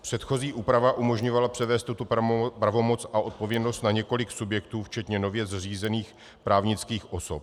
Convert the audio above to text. Předchozí úprava umožňovala převést tuto pravomoc a odpovědnost na několik subjektů včetně nově zřízených právnických osob.